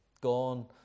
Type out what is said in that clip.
Gone